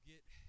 get